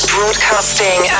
Broadcasting